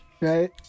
Right